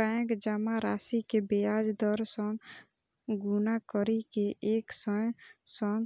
bank जमा राशि कें ब्याज दर सं गुना करि कें एक सय सं